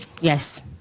yes